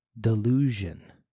delusion